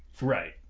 Right